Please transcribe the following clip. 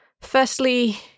Firstly